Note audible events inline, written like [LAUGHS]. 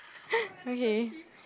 [LAUGHS] okay